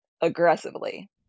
aggressively